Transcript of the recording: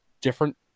different